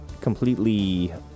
completely